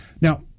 now